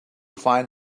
find